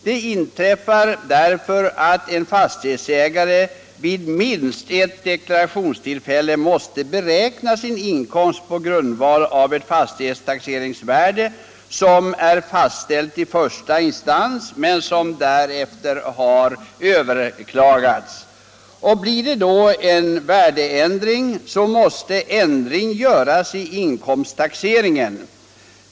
Det inträffar därför att en fastighetsägare vid minst ett deklarationstillfälle måste beräkna sin inkomst på grundval av ett fastighetstaxeringsvärde som är fastställt i första instans men därefter överklagat. Blir det då en värdeändring, måste ändring göras i inkomsttaxeringen.